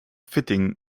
fitting